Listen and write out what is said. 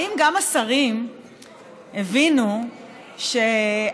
האם גם השרים הבינו שהציבור,